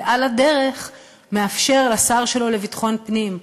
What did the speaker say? ועל הדרך מאפשר לשר שלו לביטחון הפנים,